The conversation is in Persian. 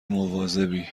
مواظبی